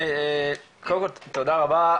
תודה רבה.